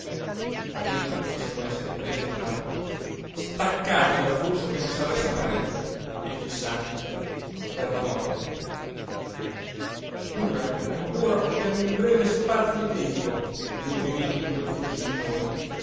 noi tutti siamo esseri presi in trappola staccati dal flusso che non s'arresta mai e fissati per la morte dura ancora per un breve spazio di tempo il movimento di quel flusso in noi